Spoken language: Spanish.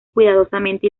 cuidadosamente